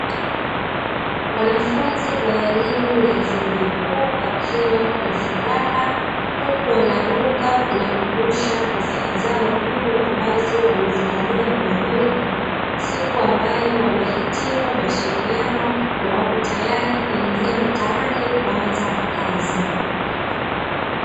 Wanafunzi wa elimu ya vyuo vikuu, wakiwa na furaha, huku wanaruka na kurusha kofia zao juu, ambazo wamezivalia na majoho, siku ambayo wamehitimu masomo yao na wako tayari kuingia mtaani kuanza kazi.